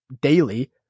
daily